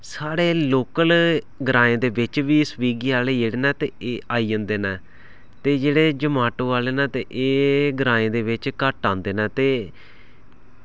साढ़े लोकल ग्राएं दे बिच बी स्विगी आह्ले जेह्ड़े न ते एह् आई जंदे न ते जेह्ड़े जोमैटो आह्ले न ते एह् ग्राएं दे बिच घट्ट आंदे न ते